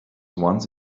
once